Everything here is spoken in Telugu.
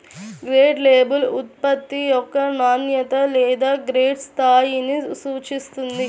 గ్రేడ్ లేబుల్ ఉత్పత్తి యొక్క నాణ్యత లేదా గ్రేడ్ స్థాయిని సూచిస్తుంది